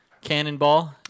Cannonball